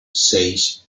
seis